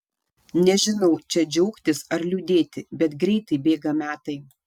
nežinau čia džiaugtis ar liūdėti bet greitai bėga metai